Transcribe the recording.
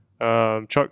Chuck